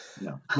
No